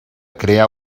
crear